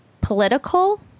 political